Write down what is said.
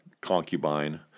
concubine